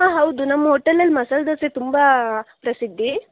ಹಾಂ ಹೌದು ನಮ್ಮ ಹೋಟೆಲಲ್ಲಿ ಮಸಾಲೆ ದೋಸೆ ತುಂಬ ಪ್ರಸಿದ್ಧಿ